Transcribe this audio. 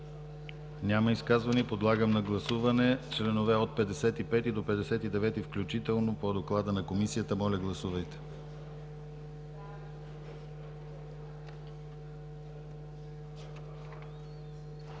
Няма изказвания. Подлагам на гласуване членове от 55 до 59 включително по доклада на Комисията. Моля, гласувайте.